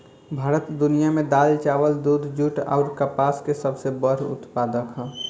भारत दुनिया में दाल चावल दूध जूट आउर कपास के सबसे बड़ उत्पादक ह